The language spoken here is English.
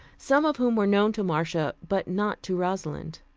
some of whom were known to marcia, but not to rosalind.